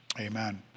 Amen